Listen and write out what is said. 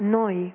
noi